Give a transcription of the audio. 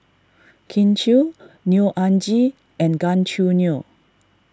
Kin Chui Neo Anngee and Gan Choo Neo